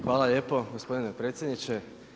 Hvala lijepo gospodine predsjedniče.